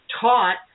taught